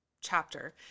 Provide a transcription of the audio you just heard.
chapter